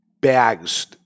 bags